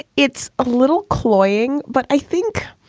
it's a little cloying, but i think,